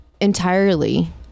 entirely